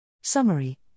Summary